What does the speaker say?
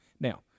Now